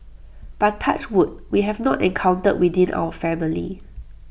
but touch wood we have not encountered within our family